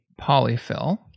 polyfill